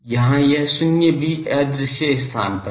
यहाँ यह शून्य भी अदृश्य स्थान पर है